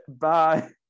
Bye